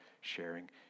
sharing